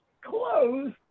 close